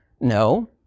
no